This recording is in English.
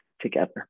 together